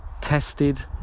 tested